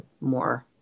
more